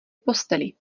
posteli